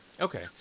Okay